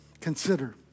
consider